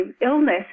illness